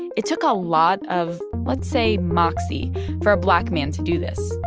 it took a lot of, let's say, moxie for a black man to do this.